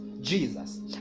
Jesus